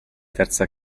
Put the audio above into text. terza